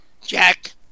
Jack